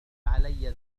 علي